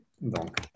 Donc